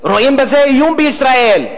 רואים בזה איום על ישראל.